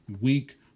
week